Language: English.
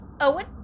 Owen